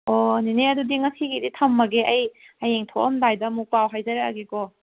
ꯑꯣ ꯅꯦꯅꯦ ꯑꯗꯨꯗꯤ ꯉꯁꯤꯒꯤꯗꯤ ꯊꯝꯃꯒꯦ ꯑꯩ ꯍꯌꯦꯡ ꯊꯣꯛꯑꯝꯗꯥꯏꯗ ꯑꯃꯨꯛ ꯄꯥꯎ ꯍꯥꯏꯖꯔꯛꯑꯒꯦꯀꯣ